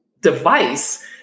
device